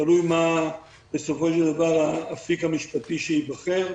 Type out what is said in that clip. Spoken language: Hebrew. תלוי מה בסופו של דבר הסעיף המשפטי שייבחר,